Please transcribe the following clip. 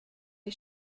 die